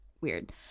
weird